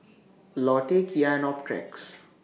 Lotte Kia and Optrex